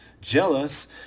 Jealous